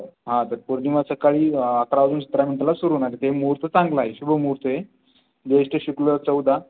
हां तर पौर्णिमा सकाळी अकरा वाजून सतरा मिनिटाला सुरू होणार आहे ते मुहूर्त चांगला आहे शुभ मुहूर्त आहे ज्येष्ठ शुक्ल चौदा